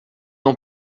não